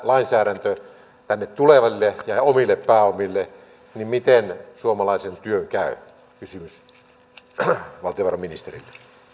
lainsäädäntö tänne tuleville ja ja omille pääomillemme niin miten suomalaisen työn käy kysymys valtiovarainministerille